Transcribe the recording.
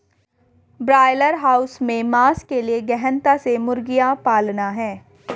broiler house में मांस के लिए गहनता से मुर्गियां पालना है